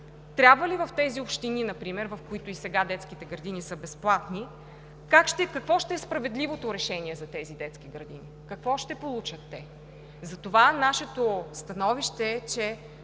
трябва ли в тези общини например, в които и сега детските градини са безплатни, какво ще е справедливото решение за тези детски градини? Какво ще получат? Затова нашето становище е, че